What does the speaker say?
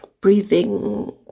breathing